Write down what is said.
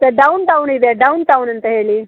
ಮತ್ತೆ downtown ಇದೆ downtown ಅಂತ ಹೇಳಿ